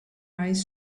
eyes